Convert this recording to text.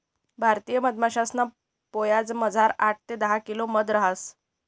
भारतीय मधमाशासना पोयामझार आठ ते दहा किलो मध रहास